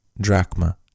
drachma